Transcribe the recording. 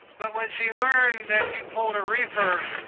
but when she learned that he pulled a reefer,